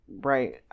right